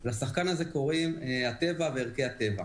ולשחקן הזה קוראים הטבע וערכי הטבע.